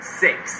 six